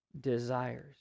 desires